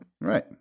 right